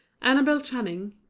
annabel channing,